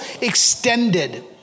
extended